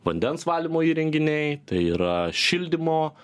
vandens valymo įrenginiai tai yra šildymo